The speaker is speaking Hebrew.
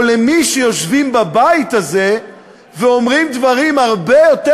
או למי שיושבים בבית הזה ואומרים דברים הרבה יותר